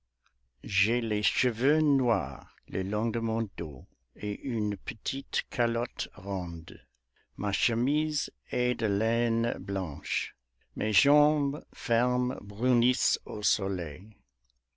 j'ai les cheveux noirs le long de mon dos et une petite calotte ronde ma chemise est de laine blanche mes jambes fermes brunissent au soleil